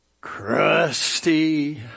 crusty